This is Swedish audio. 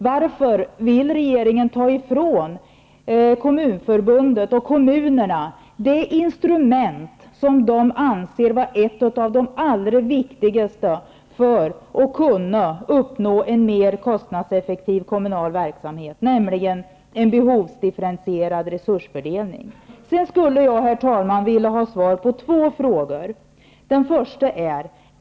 Varför vill regeringen ta ifrån Kommunförbundet och kommunerna det instrument som de anser vara ett av de viktigaste för att kunna uppnå en mer kostnadseffektiv kommunal verksamhet, nämligen en behovsdifferentierad resursfördelning? Herr talman! Jag skulle vilja ha svar på ytterligare två frågor.